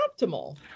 optimal